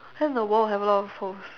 then the wall have a lot of holes